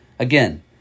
Again